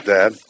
Dad